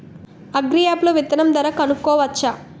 Agri app లో విత్తనం ధర కనుకోవచ్చా?